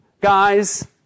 Guys